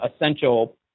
essential